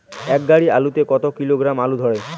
এক গাড়ি আলু তে কত কিলোগ্রাম আলু ধরে?